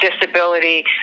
disability